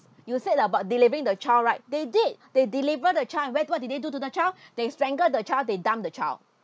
you said about delivering the child right they did they deliver the child and what did they do to the child they strangle the child they dump the child